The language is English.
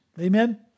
Amen